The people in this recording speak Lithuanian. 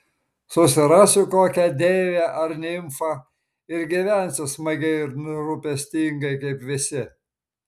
susirasiu kokią deivę ar nimfą ir gyvensiu smagiai ir nerūpestingai kaip visi